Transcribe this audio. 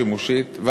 השימושית,